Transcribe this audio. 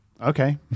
okay